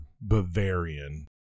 Bavarian